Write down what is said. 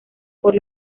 por